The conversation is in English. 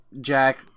Jack